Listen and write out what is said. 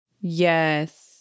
Yes